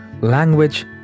Language